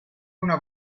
una